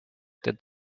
did